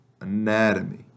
anatomy